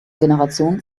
generation